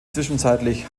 zwischenzeitlich